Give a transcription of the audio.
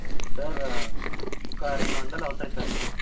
sir ఒక రెండు వందలు అవుతాయి సార్